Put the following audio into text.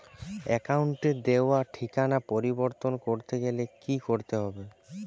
অ্যাকাউন্টে দেওয়া ঠিকানা পরিবর্তন করতে গেলে কি করতে হবে?